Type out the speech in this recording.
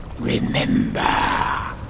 Remember